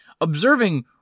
observing